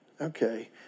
okay